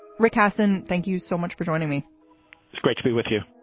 rick hasen, thank you so much for joining me. it's great to be with you